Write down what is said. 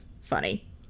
funny